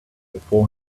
before